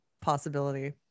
possibility